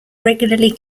regularly